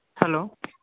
hello